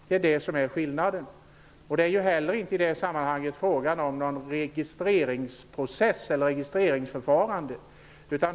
Det är skillnaden. Det är i det sammanhanget inte heller fråga om något registreringsförfarande.